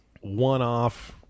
one-off